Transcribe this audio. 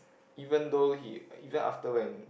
even though he even after when